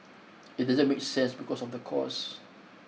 it doesn't make sense because of the cost